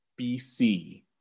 BC